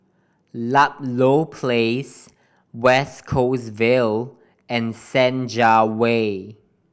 Ludlow Place West Coast Vale and Senja Way